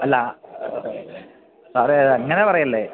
അല്ല സാറേ അത് അങ്ങനെ പറയല്ലേ